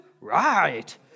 right